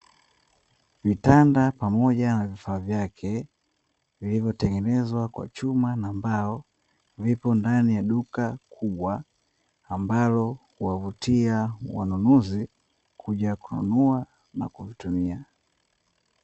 Vitanda pamoja na vifaa vyake vilivyotengenezwa kwa chuma na mbao, vipo ndani ya duka kubwa ambalo huwavutia wanunuzi kuja kununua na kuvitumia.